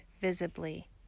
visibly